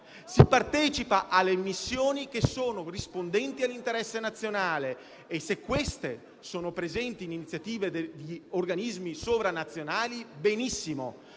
Si partecipa alle missioni che sono rispondenti all'interesse nazionale e se queste sono presenti in iniziative di organismi sovranazionali, benissimo;